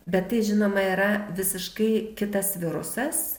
bet tai žinoma yra visiškai kitas virusas